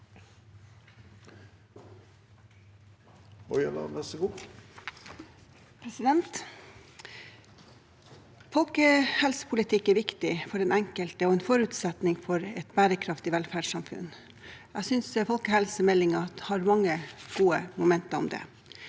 til. Irene Ojala (PF) Folkehelsepolitikk er viktig for den enkelte og en forutsetning for et bærekraftig velferdssamfunn. Jeg synes folkehelsemeldingen har mange gode momenter om det.